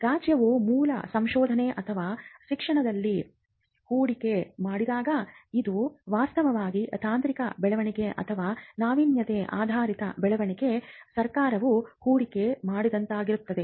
ರಾಜ್ಯವು ಮೂಲ ಸಂಶೋಧನೆ ಅಥವಾ ಶಿಕ್ಷಣದಲ್ಲಿ ಹೂಡಿಕೆ ಮಾಡಿದಾಗ ಇದು ವಾಸ್ತವವಾಗಿ ತಾಂತ್ರಿಕ ಬೆಳವಣಿಗೆ ಅಥವಾ ನಾವಿನ್ಯತೆ ಆಧಾರಿತ ಬೆಳವಣಿಗೆಗೆ ಸರ್ಕಾರವು ಹೂಡಿಕೆ ಮಾಡಿದಂತಾಗುತ್ತದೆ